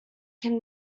can